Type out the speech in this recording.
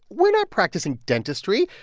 we're not practicing dentistry.